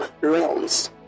realms